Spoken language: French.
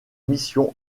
mission